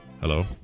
Hello